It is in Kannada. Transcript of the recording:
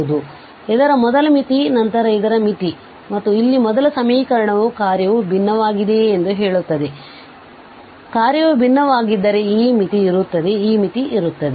ಆದ್ದರಿಂದ ಇದರ ಮೊದಲ ಮಿತಿ ನಂತರ ಇದರ ಮಿತಿ ಮತ್ತು ಇಲ್ಲಿ ಮೊದಲ ಸಮೀಕರಣವು ಕಾರ್ಯವು ವಿಭಿನ್ನವಾಗಿದೆಯೇ ಎಂದು ಹೇಳುತ್ತದೆ ಕಾರ್ಯವು ವಿಭಿನ್ನವಾಗಿದ್ದರೆ ಈ ಮಿತಿ ಇರುತ್ತದೆ ಈ ಮಿತಿ ಇರುತ್ತದೆ